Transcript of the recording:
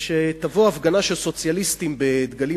כשתבוא הפגנה של סוציאליסטים בדגלים